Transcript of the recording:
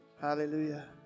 Hallelujah